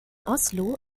oslo